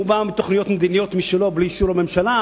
הוא בא עם תוכניות מדיניות משלו בלי אישור הממשלה.